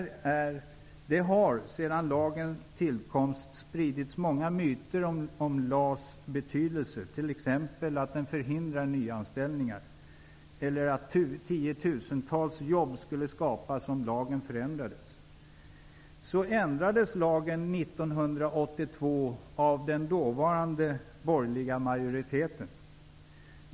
Det har sedan lagens tillkomst spridits många myter om LAS betydelse, t.ex. att den förhindrar nyanställningar eller att tiotusentals jobb skulle skapas om lagen ändrades. Så ändrades lagen 1982 av den dåvarande borgerliga majoriteten.